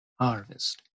harvest